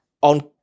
on